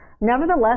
Nevertheless